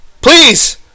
Please